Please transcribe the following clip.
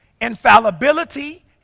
infallibility